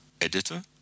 editor